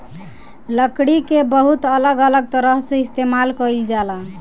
लकड़ी के बहुत अलग अलग तरह से इस्तेमाल कईल जाला